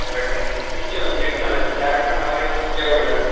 உங்களகிட்ட நீங்கள் திருச்சி வந்துருவிங்களா இல்லை டேரெக்ட்டாக நாங்களே வந்து தஞ்சாவூரில்